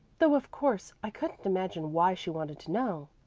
though of course i couldn't imagine why she wanted to know.